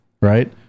right